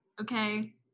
okay